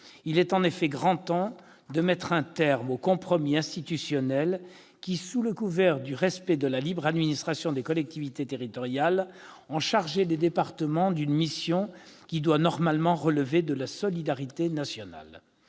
Il est en effet grand temps de mettre un terme aux compromis institutionnels qui, sous le couvert du respect de la libre administration des collectivités territoriales, ont chargé les départements d'une mission devant normalement relever de la solidarité nationale.